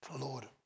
Lord